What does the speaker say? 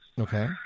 Okay